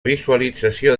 visualització